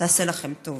תעשה לכם טוב.